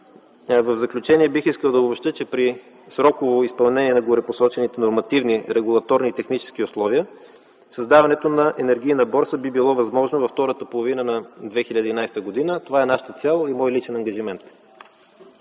В заключение бих искал да обобщя, че при сроково изпълнение на горепосочените нормативни регулаторни и технически условия създаването на енергийна борса би било възможно във втората половина на 2011 г. Това е нашата цел и мой личен ангажимент.